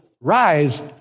rise